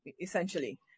essentially